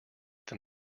than